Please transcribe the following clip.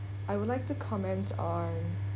I would like to comment on